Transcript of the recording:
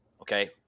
Okay